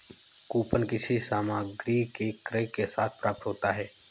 coupon किसी सामग्री के क्रय के साथ प्राप्त होता है